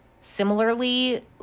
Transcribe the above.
Similarly